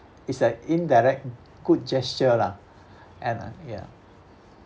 is an indirect good gesture lah and uh yeah